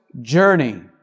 Journey